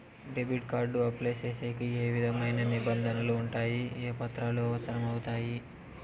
Debit card apply సేసేకి ఏ విధమైన నిబంధనలు ఉండాయి? ఏ పత్రాలు అవసరం అవుతాయి?